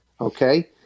okay